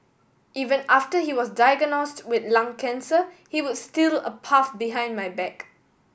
even after he was diagnosed with lung cancer he would steal a puff behind my back